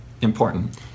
important